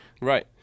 Right